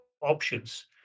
options